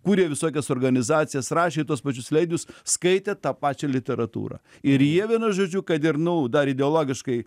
kūrė visokias organizacijas rašė į tuos pačius leidinius skaitė tą pačią literatūrą ir jie vienu žodžiu kad ir nu dar ideologiškai